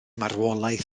marwolaeth